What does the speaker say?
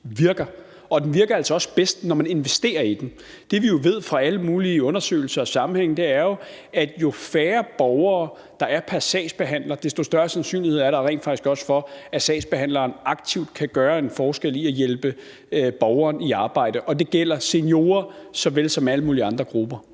virker, og at den altså også virker bedst, når man investerer i den. Det, som vi jo ved fra alle mulige undersøgelser og sammenhænge, er, at jo færre borgere, der er pr. sagsbehandler, desto større sandsynlighed er der rent faktisk også for, at sagsbehandleren aktivt kan gøre en forskel i at hjælpe borgeren i arbejde, og det gælder seniorer såvel som alle mulige andre grupper.